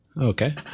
Okay